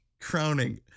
crowning